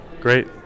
Great